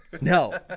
No